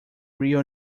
real